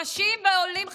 נשים ועולים חדשים.